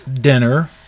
dinner